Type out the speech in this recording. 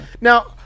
Now